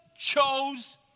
chose